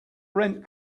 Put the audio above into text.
rent